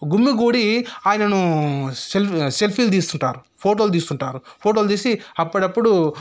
గుమ్మిగూడి ఆయనను సెల్ఫ్ సెల్ఫీలు తీస్తుంటారు ఫోటోలు తీస్తుంటారు ఫోటోలు తీసి అప్పడప్పుడు